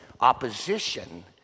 opposition